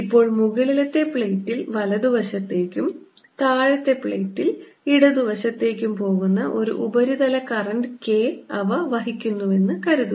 ഇപ്പോൾ മുകളിലെ പ്ലേറ്റിൽ വലതുവശത്തേക്കും താഴത്തെ പ്ലേറ്റിൽ ഇടതുവശത്തേക്കും പോകുന്ന ഒരു ഉപരിതല കറന്റ് K അവ വഹിക്കുന്നുവെന്ന് കരുതുക